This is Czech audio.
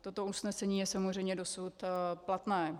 Toto usnesení je samozřejmě dosud platné.